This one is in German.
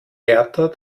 wärter